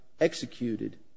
executed